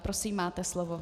Prosím, máte slovo.